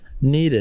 needed